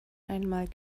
einmal